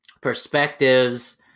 perspectives